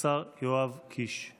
השר יואב קיש.